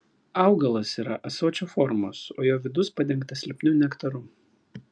augalas yra ąsočio formos o jo vidus padengtas lipniu nektaru